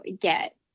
get